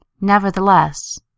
Nevertheless